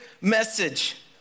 message